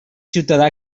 ciutadà